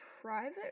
private